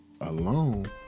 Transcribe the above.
alone